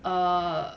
err